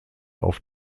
auf